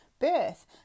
birth